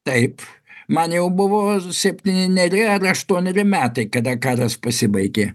taip man jau buvo septyneri ar aštuoneri metai kada karas pasibaigė